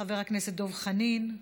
חבר הכנסת דב חנין,